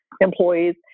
employees